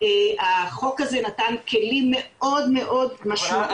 החוק הזה נתן כלים מאוד מאוד משמעותיים.